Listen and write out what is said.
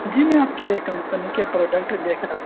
جی میں آپ کے کمپنی کے پروڈکٹ دیکھ رہا